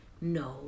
no